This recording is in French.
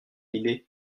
idée